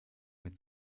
mit